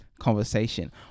conversation